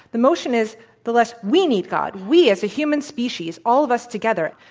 the motion is the less we need god we, as a human species, all of us together.